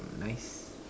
nice